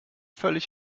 völlig